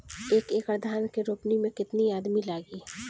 एक एकड़ धान के रोपनी मै कितनी आदमी लगीह?